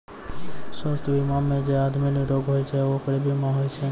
स्वास्थ बीमा मे जे आदमी निरोग होय छै ओकरे बीमा होय छै